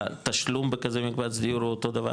התשלום בכזה מקבץ דיור הוא אותו דבר,